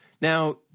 Now